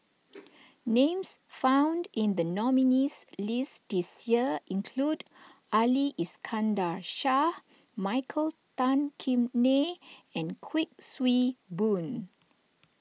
names found in the nominees' list this year include Ali Iskandar Shah Michael Tan Kim Nei and Kuik Swee Boon